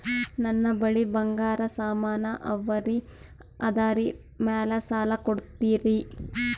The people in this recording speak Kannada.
ನನ್ನ ಬಳಿ ಬಂಗಾರ ಸಾಮಾನ ಅವರಿ ಅದರ ಮ್ಯಾಲ ಸಾಲ ಕೊಡ್ತೀರಿ?